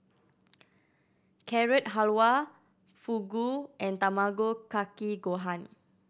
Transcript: Carrot Halwa Fugu and Tamago Kake Gohan